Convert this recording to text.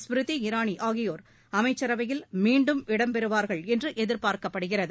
ஸ்மிருதி இராணி ஆகியோர் அமைச்சரவையில் மீண்டும் இடம் பெறுவார்கள் என்று எதிர்பார்க்கப்படுகிறது